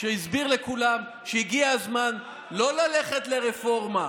שהסביר לכולם שהגיע הזמן לא ללכת לרפורמה,